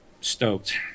stoked